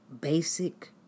basic